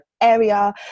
area